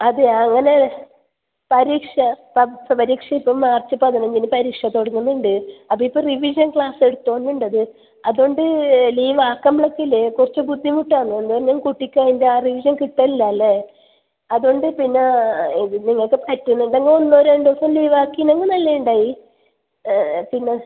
അതെയോ അങ്ങനെ പരീക്ഷ പത്ത് പരീക്ഷ ഇപ്പം മാർച്ച് പതിനഞ്ചിന് പരീക്ഷ തുടങ്ങുന്നുണ്ട് അത് ഇപ്പോൾ റിവിഷൻ ക്ലാസ് എടുത്തുകൊണ്ടുണ്ടത് അതുകൊണ്ട് ലീവ് ആക്കുമ്പോളേക്കില്ലേ കുറച്ച് ബുദ്ധിമുട്ടാണ് എന്തുകൊണ്ട് കുട്ടിക്കതിൻ്റെ ആ റിവിഷൻ കിട്ടലില്ലല്ലേ അതുകൊണ്ട് പിന്നെ ഇത് നിങ്ങൾക്ക് പറ്റുന്നുണ്ടെങ്കിൽ ഒന്നോ രണ്ടോ ദിവസം ലീവ് ആക്കീനെങ്കിൽ നല്ലയുണ്ടായി പിന്നെ